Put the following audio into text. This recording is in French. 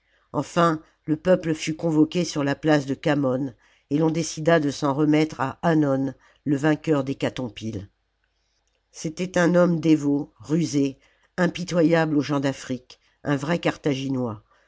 enfin le peuple fut convoqué sur la place de khamon et ion décida de s'en remettre à hannon le vainqueur d'hécatompjle c'était un homme dévot rusé impitoyable aux gens d'afrique un vrai carthaginois